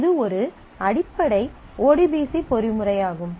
இது ஒரு அடிப்படை ODBC பொறிமுறையாகும்